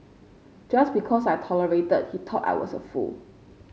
just because I tolerated he thought I was a fool